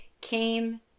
came